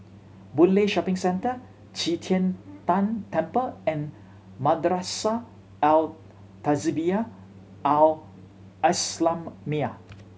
Boon Lay Shopping Centre Qi Tian Tan Temple and Madrasah Al Tahzibiah Al Islamiah